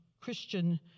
Christian